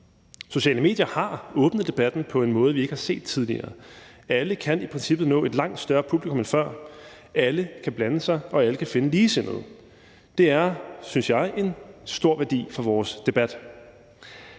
Sociale medier har åbnet debatten på en måde, vi ikke har set tidligere. Alle kan i princippet nå et langt større publikum end før, alle kan blande sig, og alle kan finde ligesindede. Det er, synes jeg, en stor værdi for vores debat.